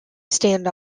stand